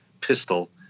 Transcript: pistol